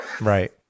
Right